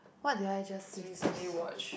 what did I just recently watch